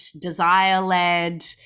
desire-led